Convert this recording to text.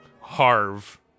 Harv